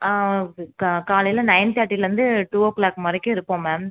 ஆ க காலையில் நையன் தேர்ட்டிலேயிருந்து டூ ஓ க்ளாக் வரைக்கும் இருப்போம் மேம்